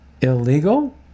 illegal